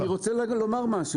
אני רוצה לומר משהו.